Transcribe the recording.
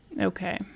Okay